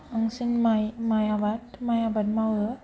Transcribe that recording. बांसिन माय माय आबाद माय आबाद मावो